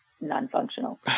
non-functional